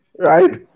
Right